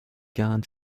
gone